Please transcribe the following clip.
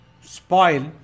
spoil